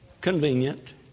convenient